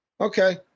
Okay